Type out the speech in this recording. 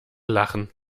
lachen